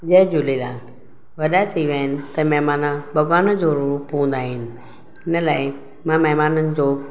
जय झूलेलाल वॾा चई विया आहिनि त महिमान भॻवान जो रूप हूंदा आहिनि इन लाइ मां महिमाननि जो